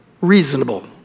reasonable